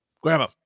Grandma